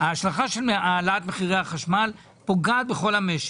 ההשלכה של העלאת מחירי החשמל, שפוגעת בכל המשק.